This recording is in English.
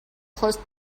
close